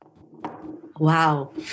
Wow